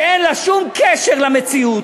שאין לה שום קשר למציאות,